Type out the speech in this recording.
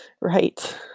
right